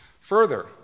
Further